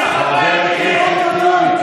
אתה גזען.